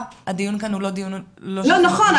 נכון,